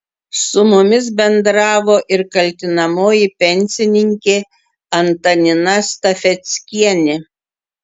su mumis bendravo ir kaltinamoji pensininkė antanina stafeckienė